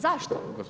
Zašto?